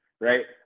right